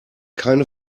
keine